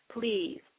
Please